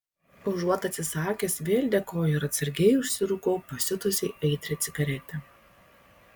užuot atsisakęs vėl dėkoju ir atsargiai užsirūkau pasiutusiai aitrią cigaretę